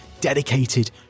dedicated